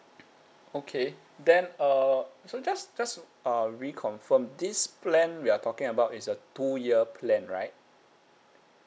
okay then uh so just just uh reconfirm this plan we are talking about is a two year plan right